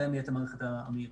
להם תהיה המערכת המהירה.